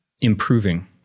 improving